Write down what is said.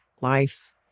life